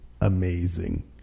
amazing